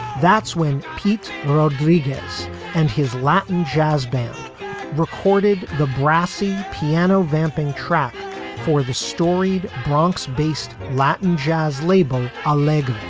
that's when pete rodriguez and his latin jazz band recorded the brassy piano vamping track for the storied bronx based latin jazz label. a leg,